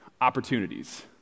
opportunities